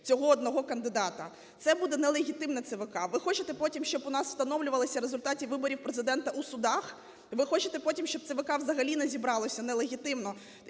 цього одного кандидата. Це буде нелегітимне ЦВК. Ви хочете потім, щоб у нас встановлювалися результати виборів президента у судах? Ви хочете потім, щоб ЦВК взагалі не зібралися нелегітимно